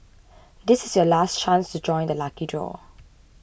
this is your last chance to join the lucky draw